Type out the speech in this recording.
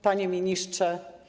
Panie Ministrze!